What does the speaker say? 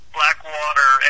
Blackwater